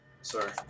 sorry